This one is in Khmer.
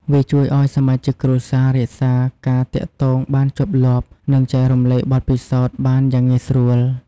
វាជួយឲ្យសមាជិកគ្រួសាររក្សាការទាក់ទងបានជាប់លាប់ និងចែករំលែកបទពិសោធន៍បានយ៉ាងងាយស្រួល។